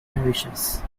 parishes